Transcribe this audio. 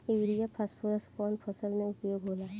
Urea phosphorus कवना फ़सल में उपयोग होला?